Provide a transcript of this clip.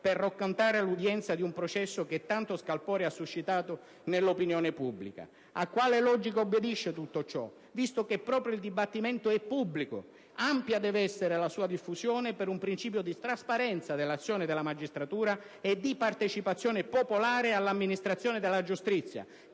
per raccontare l'udienza di un processo che tanto scalpore ha suscitato nell'opinione pubblica? A quale logica obbedisce tutto ciò, visto che proprio perché il dibattimento è pubblico ampia deve essere la sua diffusione per un principio di trasparenza dell'azione della magistratura e di partecipazione popolare all'amministrazione della giustizia,